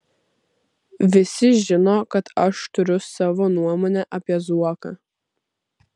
visi žino kad aš turiu savo nuomonę apie zuoką